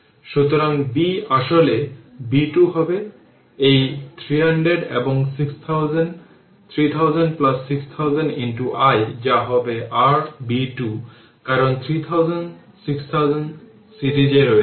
সুতরাং b 2 আসলে b 2 হবে এই 3000 এবং 6000 3000 6000 i যা হবে r b 2 কারণ 3000 6000 সিরিজে রয়েছে